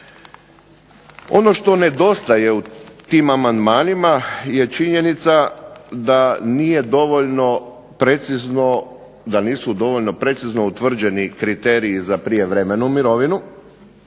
Ono što nedostaje u tim amandmanima je činjenica da nisu dovoljno precizno utvrđeni kriteriji za prijevremenu mirovinu,